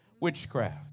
Witchcraft